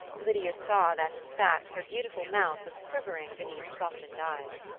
lydia saw that, in fact, her beautiful mouth was quivering beneath softened eyes.